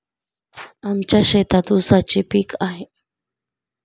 आमच्या शेतात ऊसाचे पीक आहे